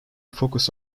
focus